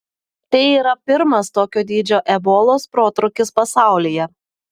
tai yra pirmas tokio dydžio ebolos protrūkis pasaulyje